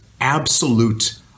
absolute